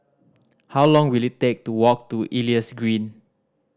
how long will it take to walk to Elias Green